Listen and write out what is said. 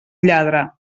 lladre